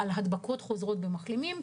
על הדבקות חוזרים במחלימים,